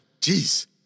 Jeez